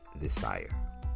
desire